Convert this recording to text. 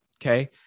okay